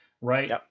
right